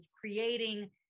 creating